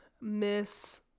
miss